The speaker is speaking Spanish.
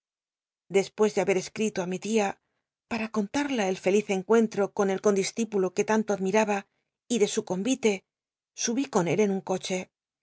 dcspues de haber escrito á mi tia para contarla el feliz encucntro del condiscípulo que tanto admi raba y de su convite subí con él en un coche